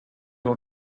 will